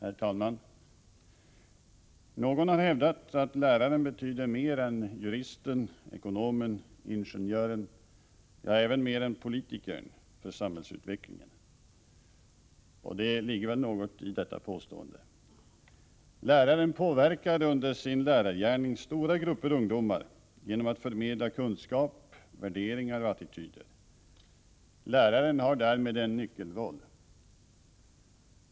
Herr talman! Någon har hävdat att läraren betyder mer än juristen, ekonomen, ingenjören — ja, även mer än politikern — för samhällsutvecklingen. Det ligger väl något i detta påstående. Läraren påverkar under sin lärargärning stora grupper ungdomar genom att förmedla kunskap, värderingar och attityder. Läraren har därmed en nyckelroll.